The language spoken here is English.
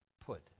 put